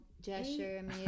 gesture